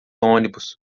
onibus